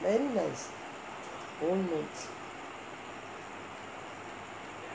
very nice old notes